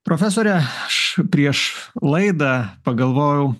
profesore aš prieš laidą pagalvojau